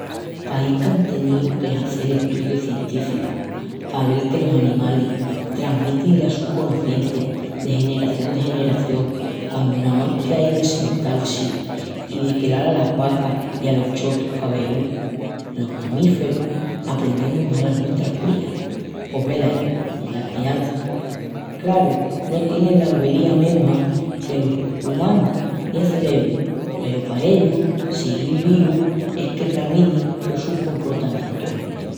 Pahi qu'án teníu de hazel estudius científicus pa vel que los animalis tramitin la su conocencia de generación en generación quandu namás qu'ai de sental-si i diquelal alas vacas i alos chotus pa ve-lu. Los mamíferus aprendemus alas nuestras crías pos, velaí, ena criança. Craru, no tienin l'albeliá mesma que los umanus ni el celebru peru pa ellus siguil vivus es que tramitin los sus comportamientus.